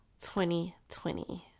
2020